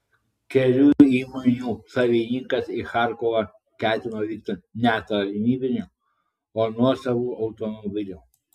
kelių įmonių savininkas į charkovą ketino vykti ne tarnybiniu o nuosavu automobiliu